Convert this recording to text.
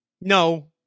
No